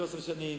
13 שנים,